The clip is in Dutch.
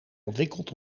ontwikkeld